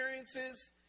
experiences